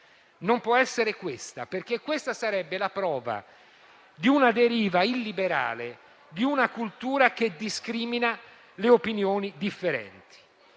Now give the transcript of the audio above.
come pecore rognose. Questa sarebbe la prova di una deriva illiberale, di una cultura che discrimina le opinioni differenti.